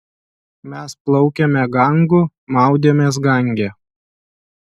mes plaukėme gangu maudėmės gange